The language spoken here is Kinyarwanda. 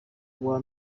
uwa